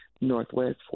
Northwest